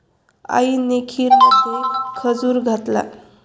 आईने खीरमध्ये खजूर घातला